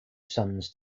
sons